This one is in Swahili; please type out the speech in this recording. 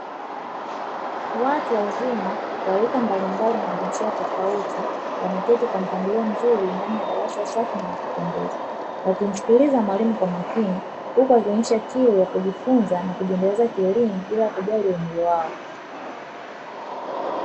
Watu wazima wa rika mbalimbali na jinsia tofauti, wameketi kwa mpangilio mzuri ndani ya darasa safi na la kupendeza, wakimsikiliza mwalimu kwa umakini, huku wakionyesha kiu ya kujifunza na kujiendeleza kielimu bila kujali umri wao.